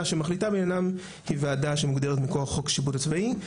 שמחליטה בעניינם היא ועדה שמוגדרת מכוח חוק השיפוט הצבאי.